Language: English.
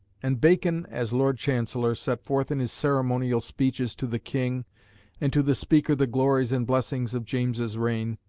and bacon, as lord chancellor, set forth in his ceremonial speeches to the king and to the speaker the glories and blessings of james's reign,